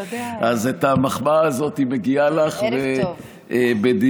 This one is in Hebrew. אז המחמאה הזאת מגיעה לך בדין.